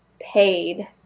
paid